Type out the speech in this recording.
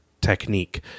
technique